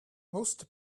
most